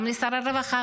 גם לשר הרווחה,